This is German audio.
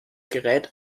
gerät